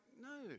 no